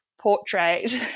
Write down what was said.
portrait